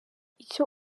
icyo